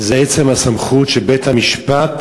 זה עצם הסמכות, שבית-המשפט